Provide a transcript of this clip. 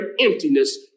emptiness